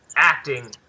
acting